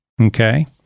okay